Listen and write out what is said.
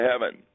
heaven